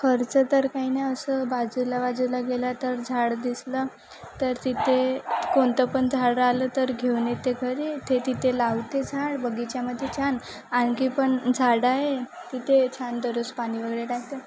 खर्च तर काही नाही असं बाजूला बाजूला गेला तर झाड दिसलं तर तिथे कोणतं पण झाड आलं तर घेऊन येते घरी ते तिथे लावते झाड बगीचामध्ये छान आणखी पण झाड आहे तिथे छान दररोज पाणी वगैरे टाकते